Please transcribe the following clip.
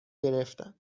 گرفتن